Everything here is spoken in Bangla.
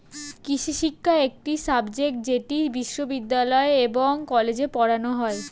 কৃষিশিক্ষা একটি সাবজেক্ট যেটি বিশ্ববিদ্যালয় এবং কলেজে পড়ানো হয়